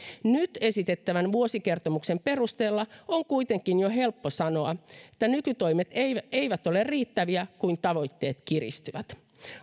nyt esitettävän vuosikertomuksen perusteella on kuitenkin jo helppo sanoa että nykytoimet eivät eivät ole riittäviä kun tavoitteet kiristyvät